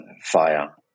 fire